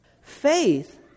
faith